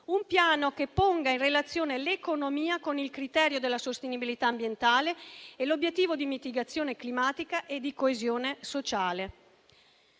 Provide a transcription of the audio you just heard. un piano che ponga in relazione l'economia con il criterio della sostenibilità ambientale e l'obiettivo di mitigazione climatica e di coesione sociale.